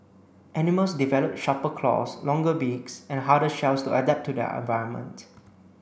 animals develop sharper claws longer beaks and harder shells to adapt to their environment